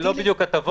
זה לא בדיוק הטבות,